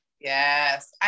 Yes